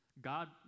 God